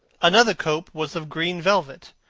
another cope was of green velvet,